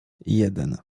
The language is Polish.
jeden